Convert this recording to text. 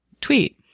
tweet